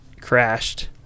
crashed